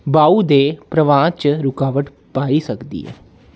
दे प्रवाह् च रुकावट पाई सकदी ऐ